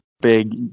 big